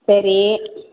சரி